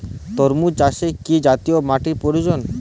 তরমুজ চাষে কি জাতীয় মাটির প্রয়োজন?